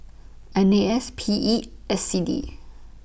N A S P E S C D